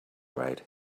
right